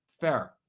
fair